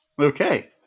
Okay